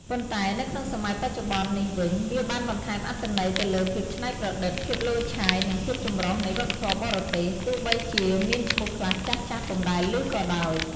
ប៉ុន្តែនៅក្នុងសម័យបច្ចុប្បន្ននេះវិញ វាបានបន្ថែមអត្ថន័យទៅលើភាពច្នៃប្រឌិត ភាពឡូយឆាយ និងភាពចម្រុះនៃវប្បធម៌បរទេស ទោះបីជាមានឈ្មោះខ្លះចាស់ៗពុំដែលឮក៏ដោយ។